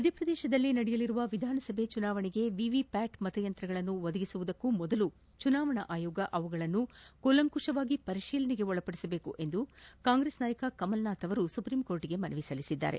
ಮಧ್ಯಪ್ರದೇಶದಲ್ಲಿ ನಡೆಯಲಿರುವ ವಿಧಾನಸಭೆ ಚುನಾವಣೆಗೆ ವಿವಿಷ್ಯಾಟ್ ಮತಯಂತ್ರಗಳನ್ನು ಒದಗಿಸುವ ಮುನ್ನ ಚುನಾವಣಾ ಅಯೋಗ ಅವುಗಳನ್ನು ಕೂಲಂಕುಷವಾಗಿ ಪರಿಶೀಲಿಸಬೇಕೆಂದು ಕಾಂಗ್ರೆಸ್ ನಾಯಕ ಕಮಲ್ನಾಥ್ ಸುಪ್ರೀಂಕೋರ್ಟ್ಗೆ ಮನವಿ ಸಲ್ಲಿಸಿದ್ದಾರೆ